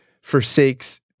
forsakes